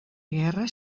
guerra